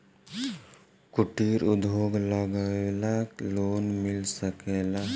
कुटिर उद्योग लगवेला लोन मिल सकेला?